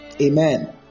Amen